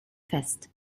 fest